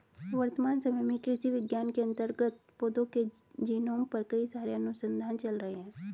वर्तमान समय में कृषि विज्ञान के अंतर्गत पौधों के जीनोम पर कई सारे अनुसंधान चल रहे हैं